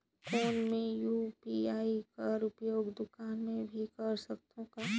कौन मै यू.पी.आई कर उपयोग दुकान मे भी कर सकथव का?